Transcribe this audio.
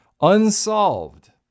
unsolved